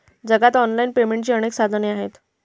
जगात ऑनलाइन पेमेंटची अनेक साधने आहेत